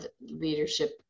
leadership